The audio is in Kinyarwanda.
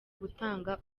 gutanga